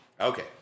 Okay